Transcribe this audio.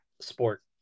sport